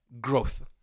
growth